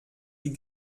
die